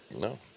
No